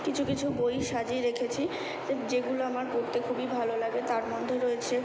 কিছু কিছু বই সাজিয়ে রেখেছি যেগুলো আমার পড়তে খুবই ভালো লাগে তার মধ্যে রয়েছে